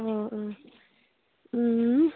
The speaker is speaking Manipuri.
ꯑꯥ ꯑꯥ